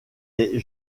est